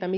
tai